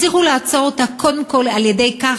הצליחו לעצור אותה קודם כול על-ידי כך